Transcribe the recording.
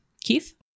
Keith